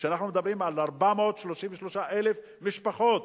אנחנו מדברים על 433,000 משפחות.